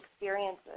experiences